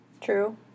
True